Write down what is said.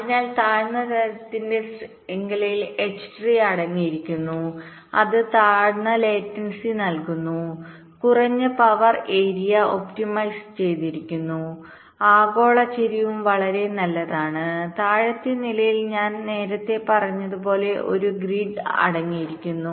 അതിനാൽ ഉയർന്ന തലത്തിലുള്ള ശൃംഖലയിൽ എച്ച് ട്രീ അടങ്ങിയിരിക്കുന്നു അത് താഴ്ന്ന ലേറ്റൻസിlower latencyനൽകുന്നു കുറഞ്ഞ പവർ ഏരിയഒപ്റ്റിമൈസ് ചെയ്തിരിക്കുന്നു ആഗോള ചരിവും വളരെ നല്ലതാണ് താഴത്തെ നിലയിൽ ഞാൻ നേരത്തെ പറഞ്ഞതുപോലെ ഒരു ഗ്രിഡ് അടങ്ങിയിരിക്കുന്നു